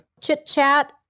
chit-chat